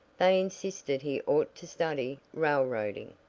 they insisted he ought to study railroading.